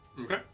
okay